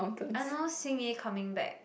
I know Xin-Yi coming back